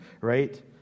right